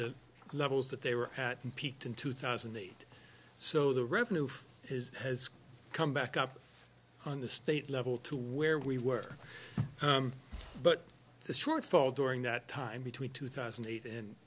the levels that they were at and peaked in two thousand and eight so the revenue for his has come back up on the state level to where we were but the shortfall during that time between two thousand and eight and